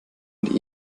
und